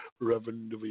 Reverend